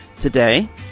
Today